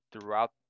throughout